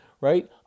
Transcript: right